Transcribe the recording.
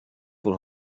wohl